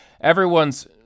everyone's